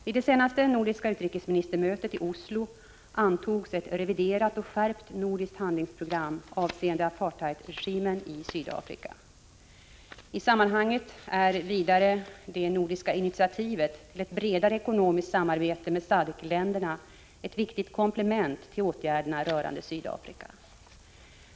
Vid det senaste nordiska utrikesministermötet i Oslo antogs ett reviderat och skärpt nordiskt handlingsprogram avseende apartheidregimen i Sydafrika. I sammanhanget är vidare det nordiska initiativet till ett bredare ekonomiskt samarbete med SADCC-länderna ett viktigt komplement till åtgärderna rörande Sydafrika.